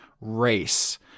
race